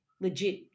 legit